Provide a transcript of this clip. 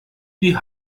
die